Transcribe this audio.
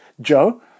Joe